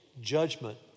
judgment